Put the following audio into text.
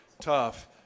tough